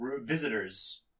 visitors